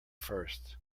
first